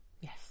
yes